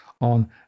on